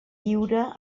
lliure